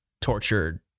tortured